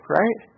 right